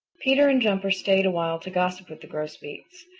peter and jumper stayed a while to gossip with the grosbeaks.